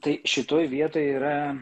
tai šitoj vietoj yra